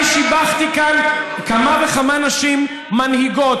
אני שיבחתי כאן כמה וכמה נשים מנהיגות.